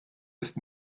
ist